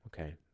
okay